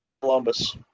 Columbus